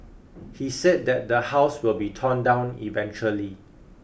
he said that the house will be torn down eventually